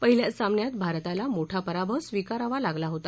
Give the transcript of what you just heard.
पहिल्या सामन्यात भारताला मोठा पराभव स्वीकारावा लागला होता